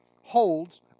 holds